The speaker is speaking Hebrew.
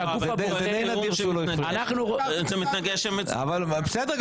איך זה מתנגש עם --- בסדר,